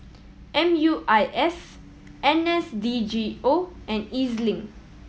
M U I S N S D G O and E Z Link